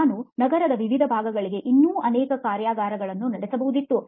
ನಾನು ನಗರದ ವಿವಿಧ ಭಾಗಗಳಲ್ಲಿ ಇನ್ನೂ ಅನೇಕ ಕಾರ್ಯಾಗಾರಗಳನ್ನು ನಡೆಸಬಹುದಿತ್ತು